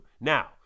Now